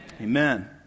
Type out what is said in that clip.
Amen